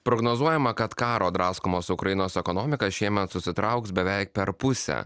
prognozuojama kad karo draskomos ukrainos ekonomika šiemet susitrauks beveik per pusę